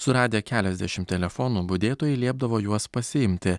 suradę keliasdešimt telefonų budėtojai liepdavo juos pasiimti